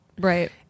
Right